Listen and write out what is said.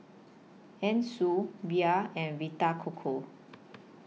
Anna Sui Bia and Vita Coco